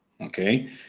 okay